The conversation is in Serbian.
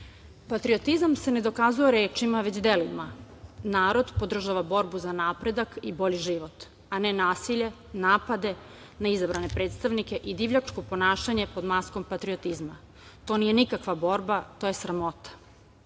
sednici. Patriotizam se ne dokazuje rečima već delima. Narod podržava borbu za napredak i bolji život, a ne nasilje, napade na izabrane predstavnike i divljačko ponašanja pod maskom patriotizma. To nije nikakva borba, to je sramota. Ukoliko